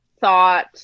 thought